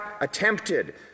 attempted